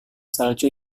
salju